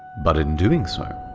but in doing so,